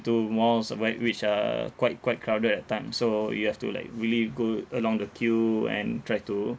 into malls where which are quite quite crowded at time so you have to like really go along the queue and try to